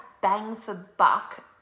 bang-for-buck